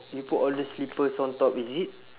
you put all the slippers on top is it